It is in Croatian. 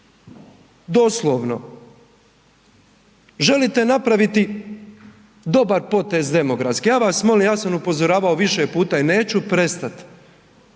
doslovno. Želite napraviti dobar potez demografski, ja vas molim, ja sam upozoravao više puta i neću prestati,